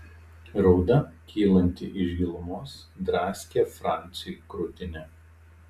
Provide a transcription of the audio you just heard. rauda kylanti iš gilumos draskė franciui krūtinę